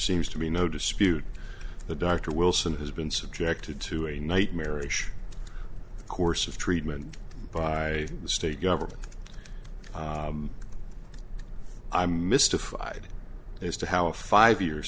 seems to be no dispute the dr wilson has been subjected to a nightmarish course of treatment by the state government i'm mystified as to how a five year